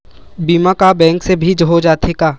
बीमा का बैंक से भी हो जाथे का?